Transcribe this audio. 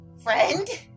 Friend